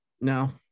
No